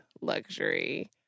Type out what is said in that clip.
Luxury